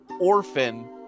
orphan